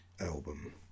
album